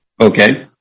Okay